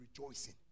rejoicing